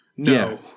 No